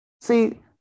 See